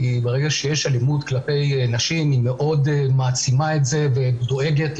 כי ברגע שיש אלימות כלפי נשים היא מאוד מעצימה את זה ודואגת,